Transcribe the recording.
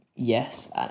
yes